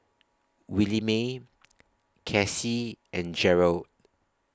Williemae Casie and Jerold